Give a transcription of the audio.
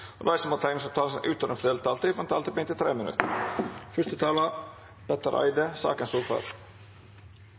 og de som måtte tegne seg på talerlisten utover den fordelte taletid, får en taletid på inntil 3 minutter.